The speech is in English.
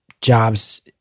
jobs